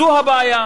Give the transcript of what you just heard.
זו הבעיה.